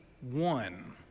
one